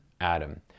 adam